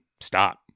stop